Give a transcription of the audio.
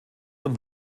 von